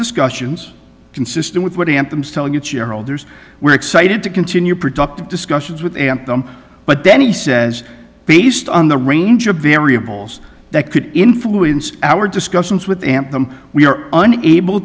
discussions consistent with what amp i'm still good shareholders we're excited to continue productive discussions with them but then he says based on the range of variables that could influence our discussions with amp them we are unable